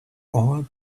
all